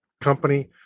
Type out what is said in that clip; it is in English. company